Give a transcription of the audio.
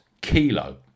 Kilo